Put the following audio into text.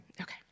Okay